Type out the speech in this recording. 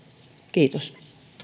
kiitos